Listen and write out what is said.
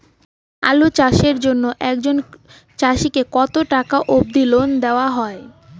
আলু চাষের জন্য একজন চাষীক কতো টাকা অব্দি লোন দেওয়া হয়?